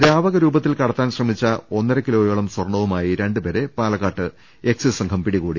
ദ്രാവകരൂപത്തിൽ കടത്താൻ ശ്രമിച്ച ഒന്നരക്കിലോ യോളം സ്വർണ്ണവുമായി രണ്ടുപേരെ പാലക്കാട് എക്സ്സൈസ് സംഘം പിടികൂടി